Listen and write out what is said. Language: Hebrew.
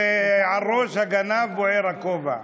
ועל ראש הגנב בוער הכובע.